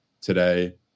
today